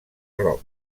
rock